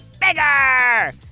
bigger